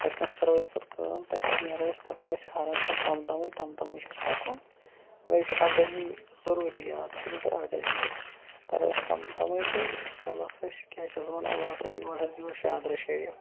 تتنس کَرو أسۍ پَتہٕ کٲم تتہ پیٚٹھٕ نیرو أسۍ پَکو أسۍ آرام سان تَم تمی تم تمی چھُ اسہِ پَکُن مگر یہِ چھُ اردٔہمہ ضوٚروٗری یاد تھٲیزیٚو تُہۍ ارداہ ڈیٹ ترو أسۍ تم تمی تہٕ ییٖتِس کالَس أسۍ کیاہ چھِ یتھ ونان واتو یور حظ یور شادرا شریٖف